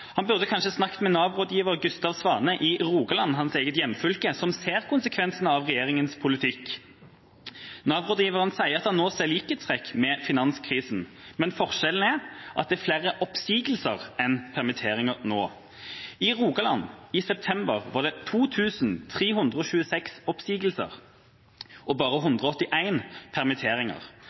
Han burde kanskje ha snakket med Nav-rådgiver Gustav Svane i Rogaland, hans eget hjemfylke, som ser konsekvensene av regjeringas politikk. Nav-rådgiveren sier at han nå ser likhetstrekk med finanskrisen, men forskjellen er at det nå er flere oppsigelser enn permitteringer. I Rogaland var det i september 2 326 oppsigelser og bare 181 permitteringer – nesten 13 ganger så mange oppsigelser som permitteringer, og